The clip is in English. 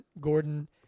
Gordon